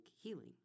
healing